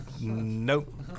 Nope